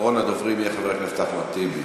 ואחרון הדוברים יהיה חבר הכנסת אחמד טיבי.